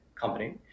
company